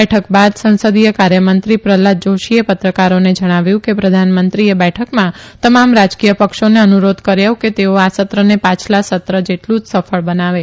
બેઠક બાદ સંસદીય કાર્યમંત્રી પ્રહલાદ જોષીએ પત્રકારોને જણાવ્યું કે પ્રધાનમંત્રીએ બેઠકમાં તમામ રાજકીય પક્ષોને અનુરોધ કર્યો છે કે તેઓ આ સત્રને પાછલા સત્ર જેટલુ જ સફળ બનાવો